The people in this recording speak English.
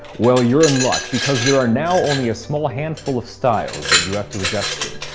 well, you're in luck, because there are now only a small handful of styles that you have to adjust to.